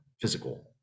physical